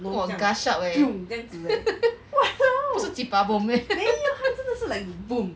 !wah! gush up eh 不是 jipabom meh